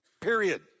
period